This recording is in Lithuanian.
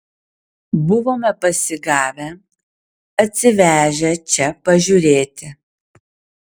buvome pasigavę atsivežę čia pažiūrėti